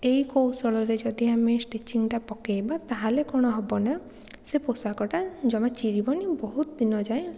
ଏହି କୌଶଳରେ ଯଦି ଆମେ ସ୍ଟିଚିଂଟା ପକେଇବା ତାହେଲେ କ'ଣ ହେବ ନାଁ ସେ ପୋଷାକଟା ଜମା ଚିରିବନି ବହୁତ ଦିନ ଯାଏଁ